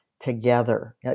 together